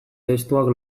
testuak